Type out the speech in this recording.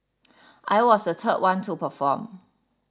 I was the third one to perform